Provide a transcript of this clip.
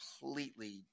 completely